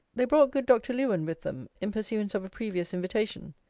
they brought good dr. lewen with them, in pursuance of a previous invitation.